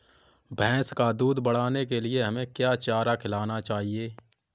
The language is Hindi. भैंस का दूध बढ़ाने के लिए हमें क्या चारा खिलाना चाहिए?